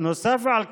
נוסף על כך,